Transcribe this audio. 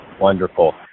Wonderful